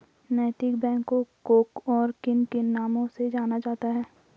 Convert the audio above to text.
नैतिक बैंकों को और किन किन नामों से जाना जाता है?